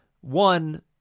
one